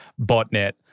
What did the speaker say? botnet